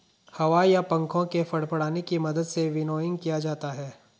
हवा या पंखों के फड़फड़ाने की मदद से विनोइंग किया जाता है